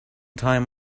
time